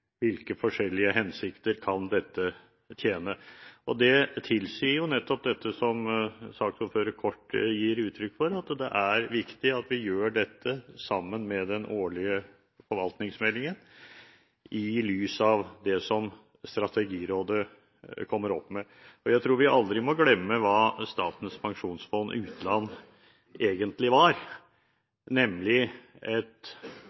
Hvilke forskjellige hensikter kan dette tjene? Det tilsier nettopp dette som saksordføreren kort ga uttrykk for, at det er viktig at vi gjør dette i forbindelse med behandlingen av den årlige forvaltningsmeldingen, i lys av det som Strategirådet kommer opp med. Jeg tror vi aldri må glemme hva Statens pensjonsfond utland egentlig var – nemlig et